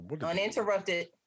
uninterrupted